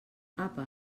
apa